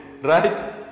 right